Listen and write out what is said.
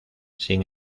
sin